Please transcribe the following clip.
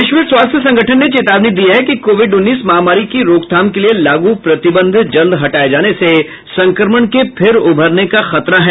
विश्व स्वास्थ्य संगठन ने चेतावनी दी है कि कोविड उन्नीस महामारी की रोकथाम के लिए लागू प्रतिबंध जल्द हटाए जाने से संक्रमण के फिर उभरने का खतरा है